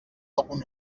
algun